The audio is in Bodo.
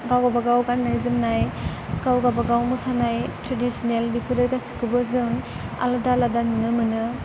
गाव गावबा गाव गाननाय जोमनाय गाव गावबा गाव मोसानाय ट्रेडिसनेल बेफोरो गासैखौबो जों आलादा आलादा नुनो मोनो